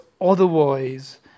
otherwise